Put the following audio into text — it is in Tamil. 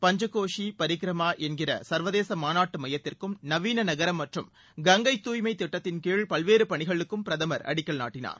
பஞ்ச கோஷி பரிக்ரமா என்கிற சர்வதேச மாநாட்டு மையத்திற்கும் நவீன நகரம் மற்றும் கங்கை தூய்மை திட்டத்தின் கீழ் பல்வேறு பணிகளுக்கும் பிரதமர் அடிக்கல் நாட்டினார்